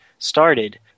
started